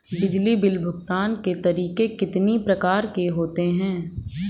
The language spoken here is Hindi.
बिजली बिल भुगतान के तरीके कितनी प्रकार के होते हैं?